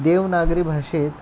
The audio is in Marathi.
देवनागरी भाषेत